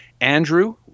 Andrew